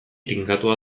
tinkatua